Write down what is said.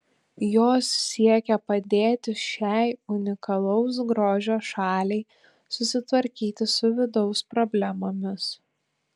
jos siekia padėti šiai unikalaus grožio šaliai susitvarkyti su vidaus problemomis